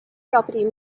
property